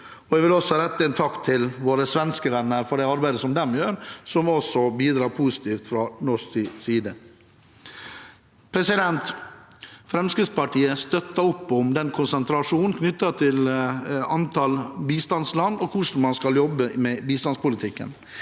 Jeg vil også rette en takk til våre svenske venner for det arbeidet de gjør, som også bidrar positivt sett fra norsk side. Fremskrittspartiet støtter opp om konsentrasjonen knyttet til antall bistandsland og hvordan man skal jobbe med bistandspolitikken.